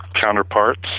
counterparts